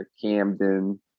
Camden